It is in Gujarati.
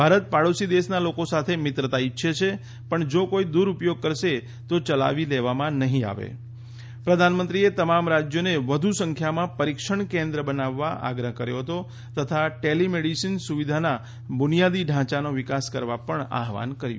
ભારત પાડોશી દેશના લોકો સાથે મિત્રતા ઇચ્છએ છે પણ જો કઇ દુર્પોયગ કરશે તો યલાવી લેવામાં નહી આવે પ્રધાનમંત્રીએ તમામ રાજ્યોને વધુ સંખ્યામાં પરીક્ષણ કેન્દ્ર બનાવવા આગ્રાહ કર્યો તથા ટેલી મેડીસીન સુવિધાના બુનિયાદી ઢાંચાનો વિકાસ કરવા આહવાન કર્યું